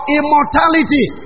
immortality